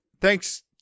Thanks